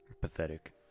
Pathetic